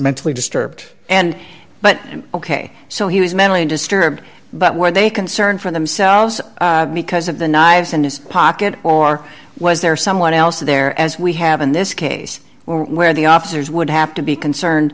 mentally disturbed and but ok so he was mentally disturbed but when they concern for themselves because of the knives in his pocket or was there someone else there as we have in this case where the officers would have to be concerned